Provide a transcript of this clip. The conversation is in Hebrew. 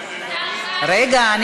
תודה רבה.